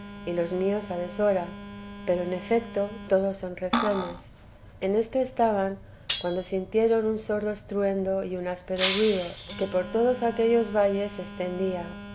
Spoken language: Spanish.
y los míos a deshora pero en efecto todos son refranes en esto estaban cuando sintieron un sordo estruendo y un áspero ruido que por todos aquellos valles se